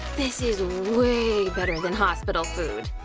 this is way better than hospital food!